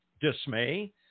dismay